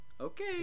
Okay